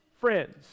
friends